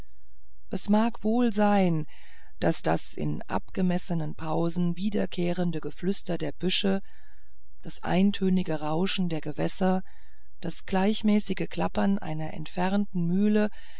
es mag wohl sein daß das in abgemessenen pausen wiederkehrende geflüster der büsche das eintönige rauschen der gewässer das gleichmäßige klappern einer entfernten mühle